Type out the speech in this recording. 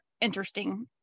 interesting